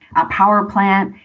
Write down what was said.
our power plant.